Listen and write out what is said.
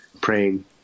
praying